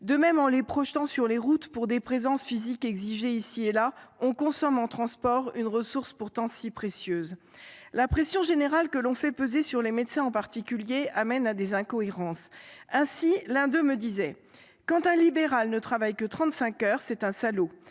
De même, en les projetant sur les routes pour des présences physiques exigées ici et là, on consomme en transport une ressource pourtant si précieuse. La pression générale que l’on fait peser sur les médecins en particulier aboutit à des incohérences. Ainsi, l’un d’eux me disait :« Quand un libéral ne travaille que 35 heures, c’est un salaud,